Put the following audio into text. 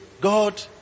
God